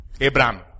Abraham